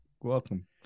Welcome